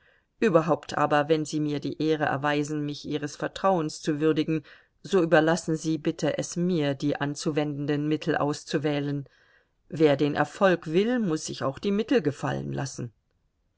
überhaupt aber wenn sie mir die ehre erweisen mich ihres vertrauens zu würdigen so überlassen sie bitte es mir die anzuwendenden mittel auszuwählen wer den erfolg will muß sich auch die mittel gefallen lassen